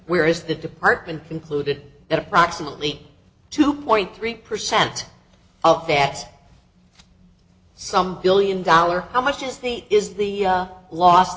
where is the department concluded that approximately two point three percent of that some billion dollars how much is the is the